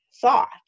thought